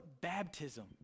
baptism